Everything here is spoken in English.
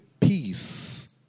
peace